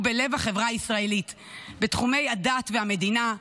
בלב החברה הישראלית בתחומי הדת והמדינה,